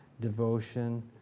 devotion